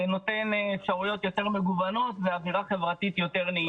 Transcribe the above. נותן אפשרויות יותר מגוונות ואווירה חברתית יותר נעימה.